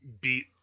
beat